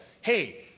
hey